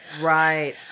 Right